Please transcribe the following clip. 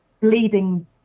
bleeding